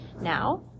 now